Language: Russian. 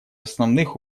основных